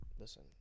Listen